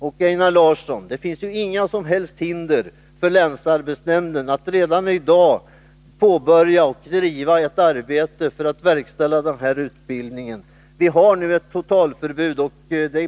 Till Einar Larsson vill jag säga att det inte finns några som helst hinder för länsarbetsnämnden att redan i dag påbörja och driva ett arbete för att verkställa denna utbildning. Vi har nu ett totalförbud.